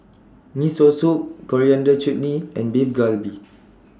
Miso Soup Coriander Chutney and Beef Galbi